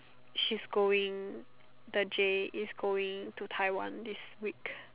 she's going the Jay is going to Taiwan this week